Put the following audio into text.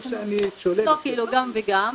לא שאני --- גם וגם.